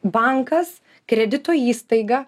bankas kredito įstaiga